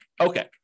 Okay